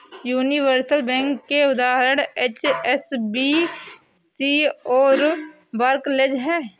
universal bank के उदाहरण HSBC और बार्कलेज हैं